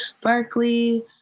berkeley